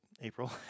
April